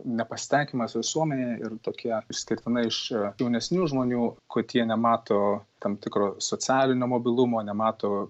nepasitenkinimas visuomenėje ir tokie išskirtinai iš jaunesnių žmonių kad jie nemato tam tikro socialinio mobilumo nemato